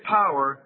power